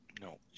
No